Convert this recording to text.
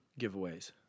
giveaways